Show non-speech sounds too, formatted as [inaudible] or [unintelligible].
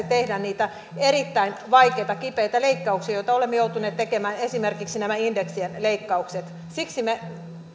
[unintelligible] tehdä niitä erittäin vaikeita ja kipeitä leikkauksia joita olemme joutuneet tekemään esimerkiksi nämä indeksien leikkaukset siksi me